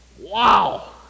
wow